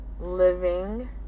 living